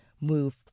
move